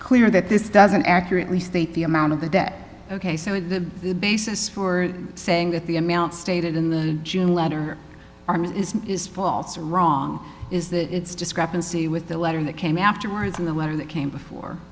clear that this doesn't accurately state the amount of the debt ok so the basis for saying that the amount stated in the june letter arms is is false wrong is that it's discrepancy with the letter that came afterwards in the letter that came before